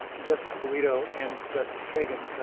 justice alito and justice kagan,